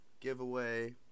giveaway